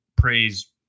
praise